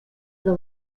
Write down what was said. the